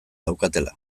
daukatela